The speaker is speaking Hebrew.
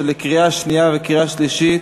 קריאה שנייה וקריאה שלישית,